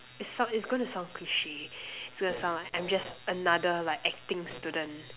it sounds it's gonna sound cliche so it sounds like I'm just another acting student